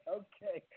okay